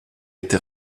été